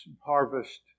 harvest